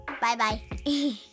bye-bye